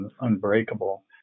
unbreakable